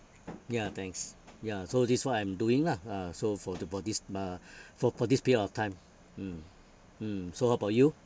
ya thanks ya so this is what I'm doing lah ah so for the body's ma~ for for this period of time mm mm so how about you